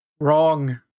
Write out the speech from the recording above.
Wrong